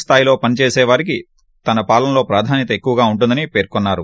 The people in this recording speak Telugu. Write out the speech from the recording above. కేత్రస్థాయిలో పనిచేసేవారికి తన పాలనలో ప్రాధాన్యత ఎక్కువగా ఉంటుందని పెర్కున్నారు